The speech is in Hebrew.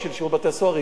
היא יחידה גם של המשטרה,